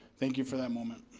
thank you for that moment.